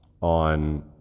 on